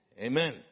Amen